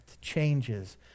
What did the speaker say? changes